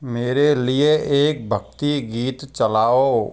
मेरे लिए एक भक्ति गीत चलाओ